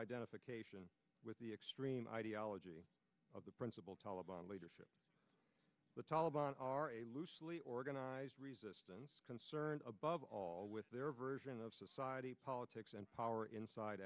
identification with the extreme ideology of the principal taliban leadership the taliban are a loosely organized resistance concerned above all with their version of society politics and power inside